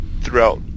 throughout